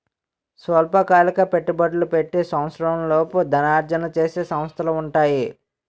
స్వల్పకాలిక పెట్టుబడులు పెట్టి సంవత్సరంలోపు ధనార్జన చేసే సంస్థలు ఉంటాయి